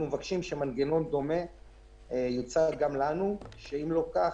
אנחנו מבקשים שמנגנון דומה יוצע גם לנו; שאם לא כך,